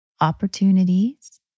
opportunities